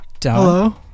Hello